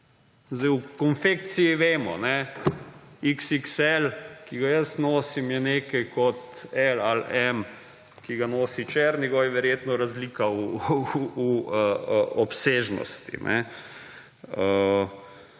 Sedaj v konfekciji vemo XXL, ki ga jaz nosim je nekaj kot L ali M, ki ga nosi Černigoj verjetno razlika v obsežnosti. V vsej